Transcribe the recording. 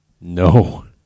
No